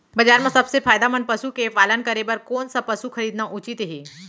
बजार म सबसे फायदामंद पसु के पालन करे बर कोन स पसु खरीदना उचित हे?